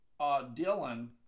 Dylan